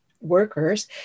workers